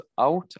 out